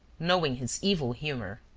knowing his evil humor.